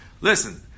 listen